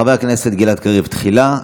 חבר הכנסת גלעד קריב תחילה,